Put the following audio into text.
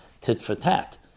tit-for-tat